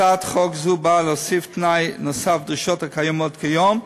הצעת חוק זו באה להוסיף תנאי לדרישות הקיימות כיום,